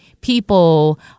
people